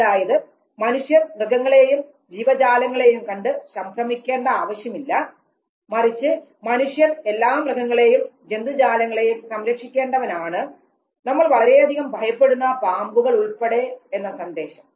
അതായത് മനുഷ്യർ മൃഗങ്ങളെയും ജീവജാലങ്ങളെയും കണ്ടു സംഭ്രമിക്കേണ്ട ആവശ്യമില്ല മറിച്ച് മനുഷ്യർ എല്ലാ മൃഗങ്ങളെയും ജന്തുജാലങ്ങളെയും സംരക്ഷിക്കേണ്ടവനാണ് നമ്മൾ വളരെയധികം ഭയപ്പെടുന്ന പാമ്പുകളെ ഉൾപ്പെടെ എന്ന സന്ദേശം